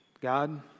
God